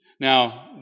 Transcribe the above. Now